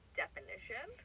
definition